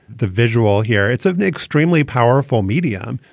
the visual here, it's an extremely powerful medium.